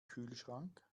kühlschrank